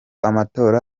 amatora